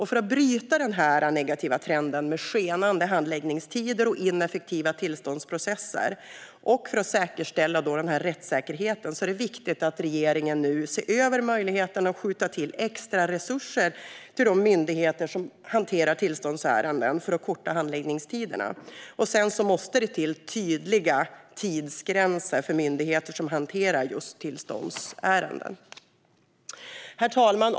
För att bryta den negativa trenden med skenande handläggningstider och ineffektiva tillståndsprocesser och för att säkerställa rättssäkerheten är det viktigt att regeringen nu ser över möjligheten att skjuta till extra resurser till de myndigheter som hanterar tillståndsärenden, för att korta handläggningstiderna. Sedan måste det till tydliga tidsgränser för myndigheter som hanterar just tillståndsärenden. Herr talman!